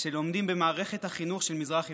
שלומדים במערכת החינוך של מזרח ירושלים.